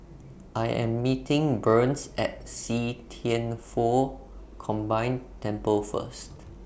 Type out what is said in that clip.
I Am meeting Burns At See Thian Foh Combined Temple First